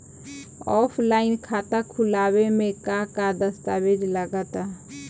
Offline खाता खुलावे म का का दस्तावेज लगा ता?